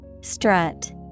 Strut